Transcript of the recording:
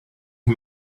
you